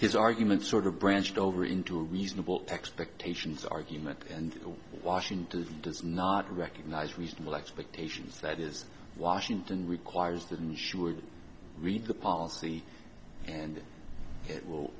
his argument sort of branched over into a reasonable expectations argument and washington does not recognize reasonable expectations that is washington requires that insurers read the policy and it will